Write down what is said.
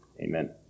amen